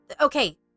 okay